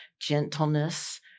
gentleness